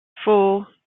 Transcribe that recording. four